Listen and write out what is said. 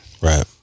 Right